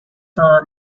for